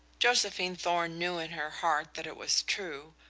josephine thorn knew in her heart that it was true,